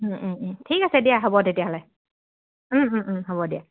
ঠিক আছে দিয়া হ'ব তেতিয়াহ'লে হ'ব দিয়া